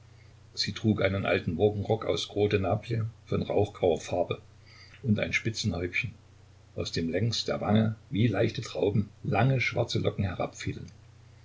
sie trug einen alten morgenrock aus gros de naples von rauchgrauer farbe und ein spitzenhäubchen aus dem längs der wangen wie leichte trauben lange schwarze locken